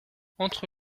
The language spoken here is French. entre